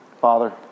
Father